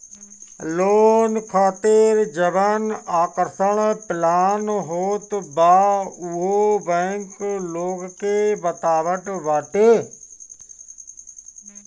loan खातिर जवन आकर्षक प्लान होत बा उहो बैंक लोग के बतावत बाटे